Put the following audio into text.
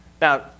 Now